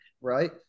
Right